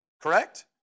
Correct